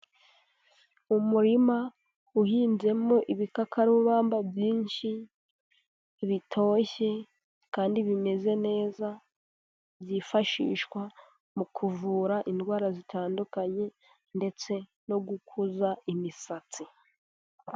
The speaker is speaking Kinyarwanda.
Umurima uhinzemo ibikakarubamba byinshi bitoshye kandi bimeze neza byifashishwa mu kuvura indwara zitandukanye ndetse no gukuza imisatsi.